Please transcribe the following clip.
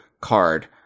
card